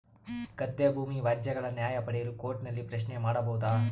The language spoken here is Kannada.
ಗದ್ದೆ ಭೂಮಿ ವ್ಯಾಜ್ಯಗಳ ನ್ಯಾಯ ಪಡೆಯಲು ಕೋರ್ಟ್ ನಲ್ಲಿ ಪ್ರಶ್ನೆ ಮಾಡಬಹುದಾ?